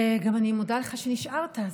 אני גם מודה לך שנשארת.